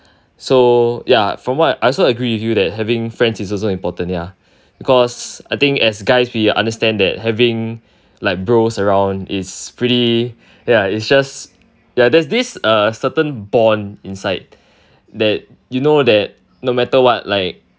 so ya from what I also agree with you that having friends is also important ya because I think as guys we understand that having like bros around is pretty ya is just this certain bond inside that you know that no matter what